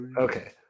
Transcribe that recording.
okay